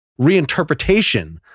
reinterpretation